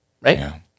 right